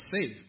safe